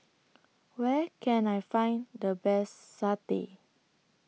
Where Can I Find The Best Satay